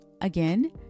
again